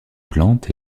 plantes